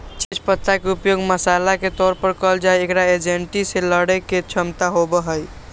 तेज पत्ता के उपयोग मसाला के तौर पर कइल जाहई, एकरा एंजायटी से लडड़े के क्षमता होबा हई